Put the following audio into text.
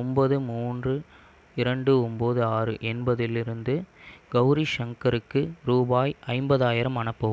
ஒன்பது மூன்று இரண்டு ஒம்பது ஆறு என்பதிலிருந்து கௌரி சங்கருக்கு ரூபாய் ஐம்பதாயிரம் அனுப்பவும்